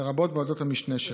לרבות ועדות המשנה שלהן,